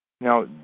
Now